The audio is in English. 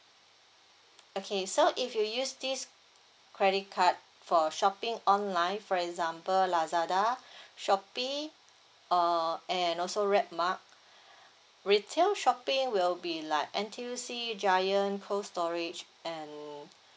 okay so if you use this credit card for shopping online for example Lazada Shopee uh and also Redmart retail shopping will be like N_T_U_C Giant Cold Storage and